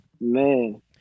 Man